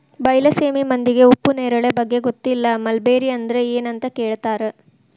ಬೈಲಸೇಮಿ ಮಂದಿಗೆ ಉಪ್ಪು ನೇರಳೆ ಬಗ್ಗೆ ಗೊತ್ತಿಲ್ಲ ಮಲ್ಬೆರಿ ಅಂದ್ರ ಎನ್ ಅಂತ ಕೇಳತಾರ